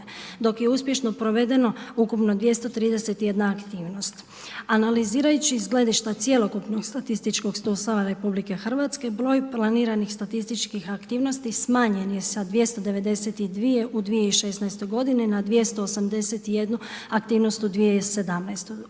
dok je uspješno provedeno ukupno 231 aktivnost. Analizirajući iz gledišta cjelokupnog statističkog sustava RH broj planiranih statističkih aktivnosti smanjen je s 292 u 2016 godini, na 281 aktivnost u 2017. od